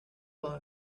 blown